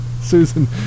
Susan